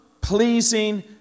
pleasing